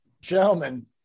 Gentlemen